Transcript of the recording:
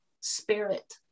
spirit